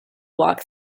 walk